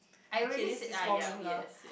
I already said uh ya weird